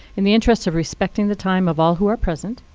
in the interests of respecting the time of all who are present,